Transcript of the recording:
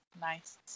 Nice